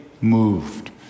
moved